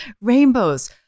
rainbows